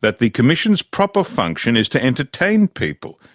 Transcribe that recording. that the commission's proper function is to entertain people,